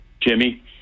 jimmy